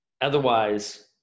otherwise